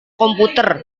komputer